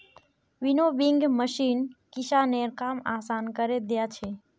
winnowing machine किसानेर काम आसान करे दिया छे